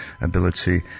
ability